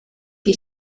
que